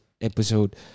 episode